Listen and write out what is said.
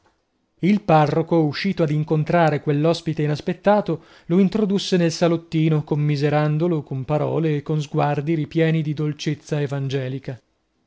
il parroco uscito ad incontrare quell'ospite inaspettato lo introdusse nel salottino commiserandolo con parole e con sguardi ripieni di dolcezza evangelica